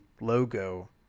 logo